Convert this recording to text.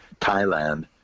Thailand